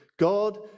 God